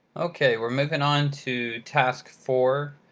ok we're moving on to task four.